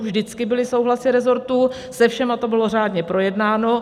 Vždycky byly souhlasy resortů, se všemi to bylo řádně projednáno.